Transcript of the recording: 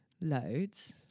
loads